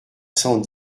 cent